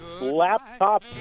Laptop